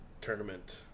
Tournament